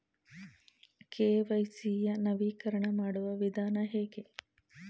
KYC ಯ ನವೀಕರಣ ಮಾಡುವ ವಿಧಾನ ಹೇಗೆ?